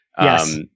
Yes